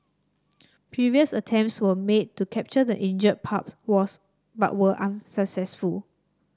previous attempts were made to capture the injured pup was but were unsuccessful